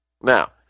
now